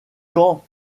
quand